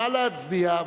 נא להצביע.